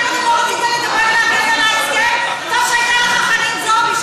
טוב שהייתה לך חנין זועבי.